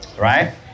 right